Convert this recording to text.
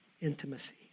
intimacy